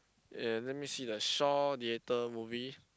and let me see the Shaw-Theatre movie